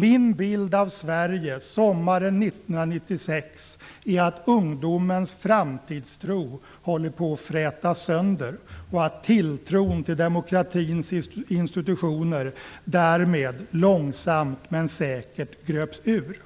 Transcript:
Min bild av Sverige sommaren 1996 är att ungdomens framtidstro håller på att frätas sönder och att tilltron till demokratins institutioner därmed långsamt men säkert gröps ur.